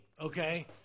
okay